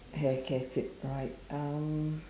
hair care tip right um